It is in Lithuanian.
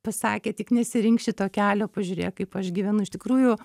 pasakė tik nesirink šito kelio pažiūrėk kaip aš gyvenu iš tikrųjų